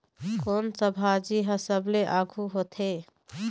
कोन सा भाजी हा सबले आघु होथे?